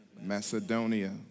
Macedonia